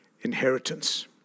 inheritance